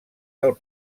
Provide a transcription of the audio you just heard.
del